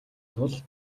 тул